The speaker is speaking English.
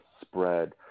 spread